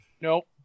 Nope